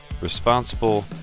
responsible